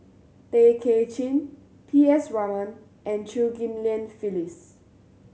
Tay Kay Chin P S Raman and Chew Ghim Lian Phyllis